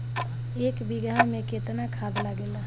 एक बिगहा में केतना खाद लागेला?